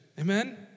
amen